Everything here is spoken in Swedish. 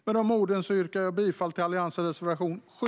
Med de orden yrkar jag bifall till Alliansens reservation 7.